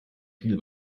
viel